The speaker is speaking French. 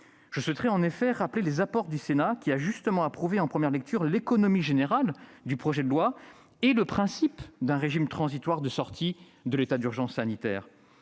Je souhaite rappeler les apports du Sénat, qui a justement approuvé, en première lecture, l'économie générale de ce projet de loi et le principe d'un régime transitoire de sortie de l'état d'urgence sanitaire.